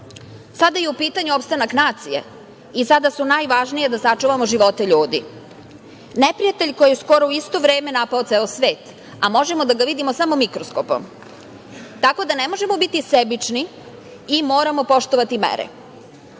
je u pitanju opstanak nacije i sada je najvažnije da sačuvamo živote ljudi. Imamo neprijatelj koji je skoro u isto vreme napao ceo svet, a možemo da vidimo samo mikroskopom, tako da ne možemo biti sebični i moramo poštovati